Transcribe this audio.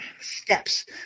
steps